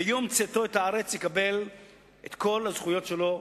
ביום צאתו את הארץ יקבל את כל הזכויות שלו,